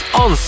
on